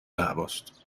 هواست